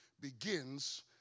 begins